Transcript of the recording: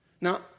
Now